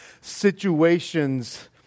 situations